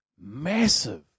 Massive